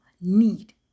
need